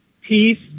Peace